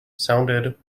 sounded